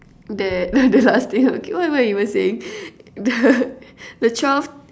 that the the last thing okay what am I even saying the the twelve